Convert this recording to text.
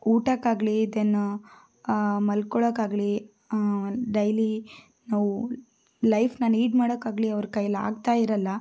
ಊಟಕ್ಕಾಗಲಿ then ಮಲ್ಕೋಳ್ಳೋಕ್ಕಾಗ್ಲಿ daily ನಾವು ಲೈಫನ್ನ ಲೀಡ್ ಮಾಡೋಕ್ಕಾಗ್ಲಿ ಅವರ ಕೈಯಲ್ಲಿ ಆಗ್ತಾ ಇರಲ್ಲ